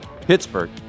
Pittsburgh